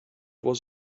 was